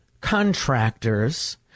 contractors